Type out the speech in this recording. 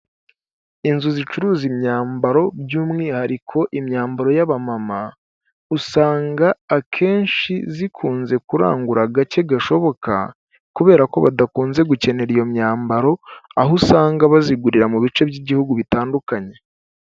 Inzu zicuruza imyambaro by'umwihariko imyambaro y'abamama, usanga akenshi zikunze kurangura agace gashoboka kubera ko badakunze gukenera iyo myambaro, aho usanga bazigurira mu bice by'ibihugu bitandukanye.